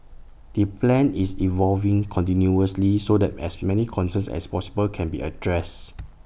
the plan is evolving continuously so that as many concerns as possible can be addressed